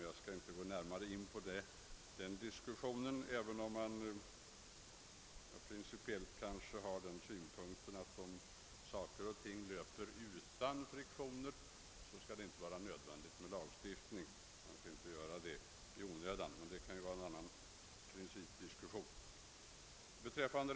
Det kunde finnas skäl att anlägga några principiella synpunkter på detta, men det får kanske anstå till ett annat tillfälle.